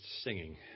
singing